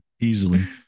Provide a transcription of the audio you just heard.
Easily